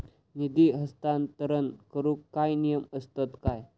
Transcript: निधी हस्तांतरण करूक काय नियम असतत काय?